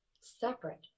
separate